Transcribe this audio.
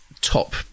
top